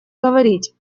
говорить